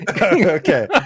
okay